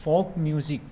folk music